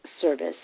Service